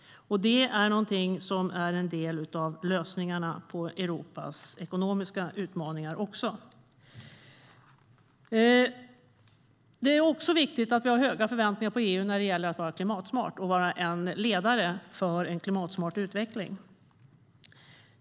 Det är också en del av lösningarna på Europas ekonomiska utmaningar. Det är också viktigt att vi har höga förväntningar på EU när det gäller att vara klimatsmart och vara en ledare för en klimatsmart utveckling.